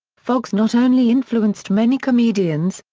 foxx not only influenced many comedians,